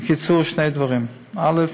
בקיצור, שני דברים: א.